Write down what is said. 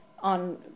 on